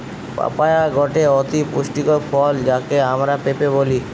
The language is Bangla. পাপায়া গটে অতি পুষ্টিকর ফল যাকে আমরা পেঁপে বলি